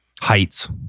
Heights